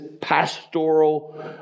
pastoral